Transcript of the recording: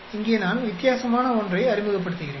இங்கே நான் வித்தியாசமான ஒன்றை அறிமுகப்படுத்துகிறேன்